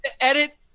edit